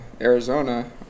Arizona